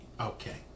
Okay